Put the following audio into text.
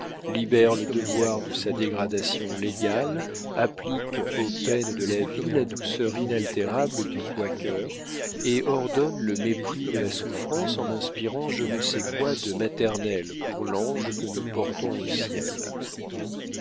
libère le devoir de sa dégradation légale applique aux peines de la vie la douceur inaltérable du quaker et ordonne le mépris de la souffrance en inspirant je ne sais quoi de maternel pour l'ange que nous portons au ciel